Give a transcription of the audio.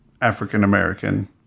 African-American